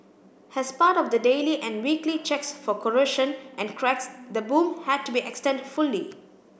as part of the daily and weekly checks for corrosion and cracks the boom had to be extended fully